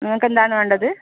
നിങ്ങൾക്കെന്താണ് വേണ്ടത്